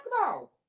basketball